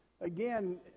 again